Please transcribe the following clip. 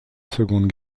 seconde